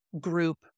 group